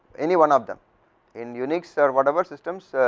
anyone of them in unitsare whatever systems,